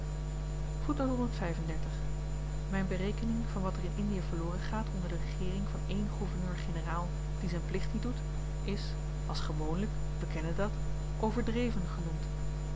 myn berekening van wat er in indie verloren gaat onder de regeering van één gouverneur-generaal die z'n plicht niet doet is als gewoonlyk we kennen dat overdreven genoemd